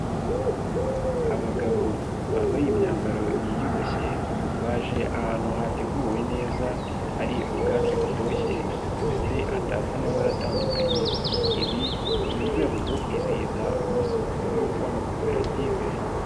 Abagabo bambaye imyambaro yiyubashye, baje ahantu hateguwe neza, hari ubwatsi butoshye ndetse hatatse amabara atandukanye. Ibi ni mu rwego rwo kwizihiza umunsi mukuru w'amakoperative.